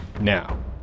now